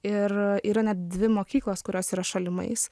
ir yra net dvi mokyklos kurios yra šalimais